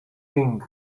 thing